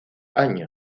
año